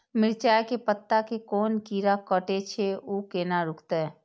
मिरचाय के पत्ता के कोन कीरा कटे छे ऊ केना रुकते?